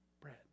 bread